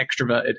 extroverted